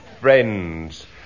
friends